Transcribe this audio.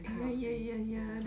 that kind of thing ya